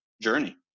journey